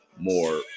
more